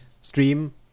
stream